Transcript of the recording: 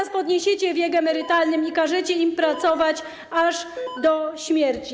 zaraz podniesiecie wiek emerytalny i każecie im pracować aż do śmierci.